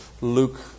Luke